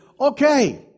okay